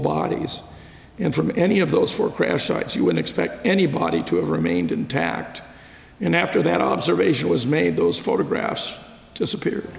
bodies and from any of those four crash sites you would expect anybody to have remained intact and after that observation was made those photographs disappear